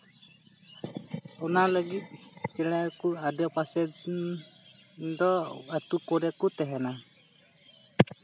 ᱚᱱᱟ ᱞᱟᱹᱜᱤᱫ ᱪᱮᱬᱮ ᱠᱚ ᱟᱰᱮᱯᱟᱥᱮ ᱫᱚ ᱟᱹᱛᱩ ᱠᱚᱨᱮ ᱠᱚ ᱛᱟᱦᱮᱱᱟ